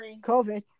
COVID